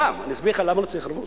ואסביר לך למה לא צריך ערבות.